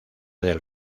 del